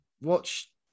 Watch